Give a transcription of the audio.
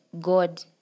God